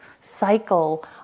cycle